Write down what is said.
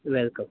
welcome